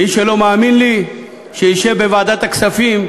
מי שלא מאמין לי, שישב בוועדת הכספים,